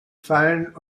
fallen